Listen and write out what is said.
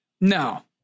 No